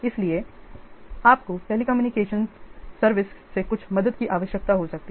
इसलिए आपको telecommunications service से कुछ मदद की आवश्यकता हो सकती है